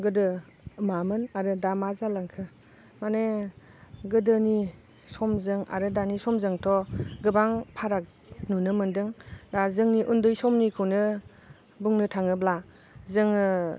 गोदो मामोन आरो दा मा जालांखो माने गोदोनि समजों आरो दानि समजोंथ' गोबां फाराग नुनो मोनदों दा जोंनि उन्दै समनिखौनो बुंनो थाङोब्ला जोङो